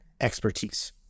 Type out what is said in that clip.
expertise